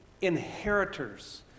inheritors